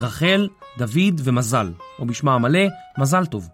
רחל, דוד ומזל. או בשמה המלא, מזל טוב.